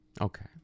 Okay